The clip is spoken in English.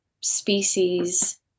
species